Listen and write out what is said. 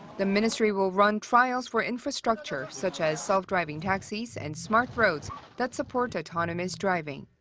the ministry will run trials for infrastructure such as self-driving taxis and smart roads that support autonomous driving.